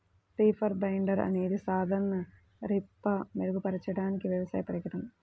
reaper binder అనేది సాధారణ రీపర్పై మెరుగుపరచబడిన వ్యవసాయ పరికరం